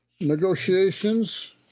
negotiations